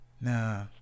nah